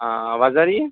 ہاں آواز آ رہی ہے